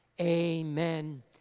Amen